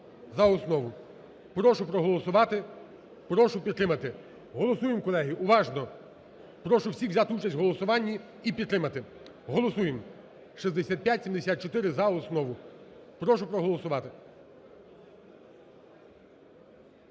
Прошу проголосувати, прошу підтримати. Голосуємо, колеги, уважно, прошу всіх взяти участь в голосуванні і підтримати. Голосуємо 6574 за основу. Прошу проголосувати.